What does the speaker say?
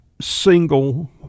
Single